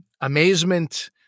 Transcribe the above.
amazement